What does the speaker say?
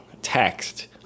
text